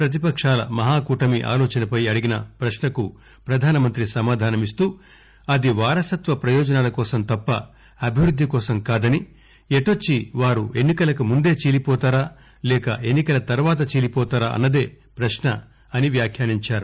పతిపక్షాల మహాకూటమి ఆలోచనపై అడిగిన పశ్నకు పధానమంతి సమాధానం ఇస్తూ అది వారసత్వ ప్రయోజనాలకోసం తప్ప అభివృద్దికోసం కాదని ఎటొచ్చి వారు ఎన్నికలకు ముందే చీలిపోతారా లేక ఎన్నికల తరువాత చీలిపోతారా అన్నదే పశ్న అని వ్యాఖ్యానించారు